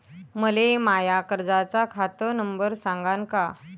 मले माया कर्जाचा खात नंबर सांगान का?